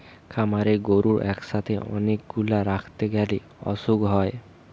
খামারে গরু একসাথে অনেক গুলা রাখতে গ্যালে অসুখ হয়